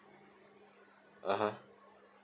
(uh huh)